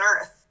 earth